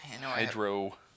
Hydro